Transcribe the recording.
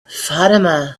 fatima